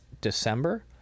december